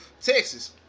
Texas